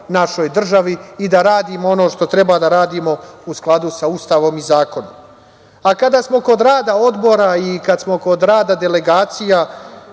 našoj državi i da radimo ono što treba da radimo u skladu sa Ustavom i zakonom. Kada smo kod rada odbora i kad smo kod rada delegacija,